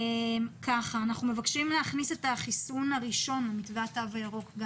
אנחנו מבקשים להכניס את החיסון הראשון למתווה התו הירוק.